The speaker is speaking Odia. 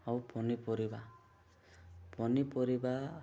ଆଉ ପନିପରିବା ପନିପରିବା